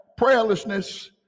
prayerlessness